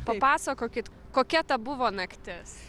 papasakokit kokia ta buvo naktis